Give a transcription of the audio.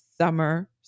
summer